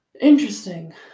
Interesting